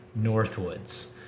Northwoods